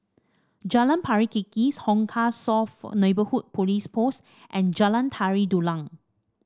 Jalan Pari Kikis Hong Kah South Neighbourhood Police Post and Jalan Tari Dulang